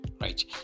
right